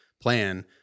plan